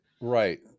Right